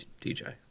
DJ